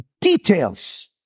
details